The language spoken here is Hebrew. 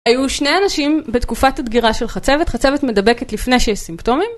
היו שני אנשים בתקופת הדגירה של חצבת, חצבת מדבקת לפני שיש סימפטומים